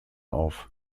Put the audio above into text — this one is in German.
auf